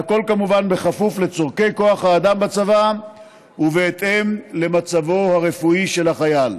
והכול כמובן בכפוף לצורכי כוח האדם בצבא ובהתאם למצבו הרפואי של החייל.